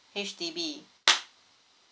H_D_B